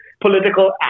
political